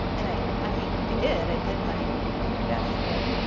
and i, i mean i did, i did my my best here.